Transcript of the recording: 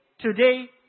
today